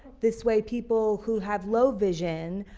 this way people who have low vision,